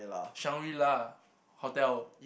Shangri-La hotel